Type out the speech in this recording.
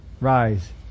Rise